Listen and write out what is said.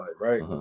right